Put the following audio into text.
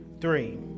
three